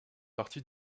partie